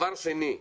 דבר שני,